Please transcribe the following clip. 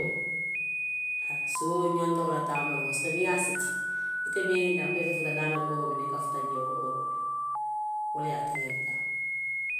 Haa suo ñoŋ te wo la taamoo la, kaatu niŋ i ye a sitii ite maŋhillaa ko i se fuuta daa miŋ oroo miŋ na, i ka futa wo oroo le la. Wo le ye a tariyaandi taamoo la.